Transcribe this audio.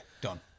done